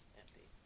empty